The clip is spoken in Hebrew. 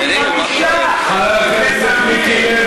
חמישה שרים ללא תיק.